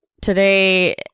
Today